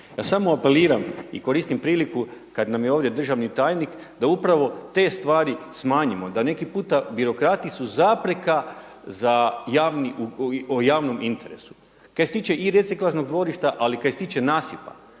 Ja sam apeliram i koristim priliku kada nam je ovdje državni tajnik da upravo te stvari smanjimo, da neki puta birokrati su zapreka o javnom interesu, kaj se tiče i reciklažnog dvorišta, ali kaj se tiče nasipa.